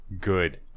Good